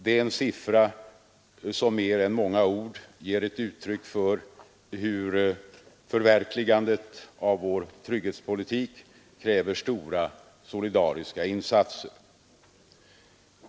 Det är en siffra som mer än många ord ger ett uttryck för hur förverkligandet av vår trygghetspolitik kräver stora solidariska insatser.